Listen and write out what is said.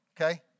okay